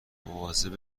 مواظب